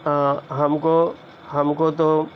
ہاں ہم کو ہم کو تو